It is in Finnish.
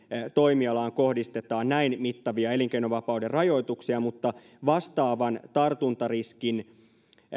toimialaan kohdistetaan näin mittavia elinkeinovapauden rajoituksia mutta vastaavan tartuntariskin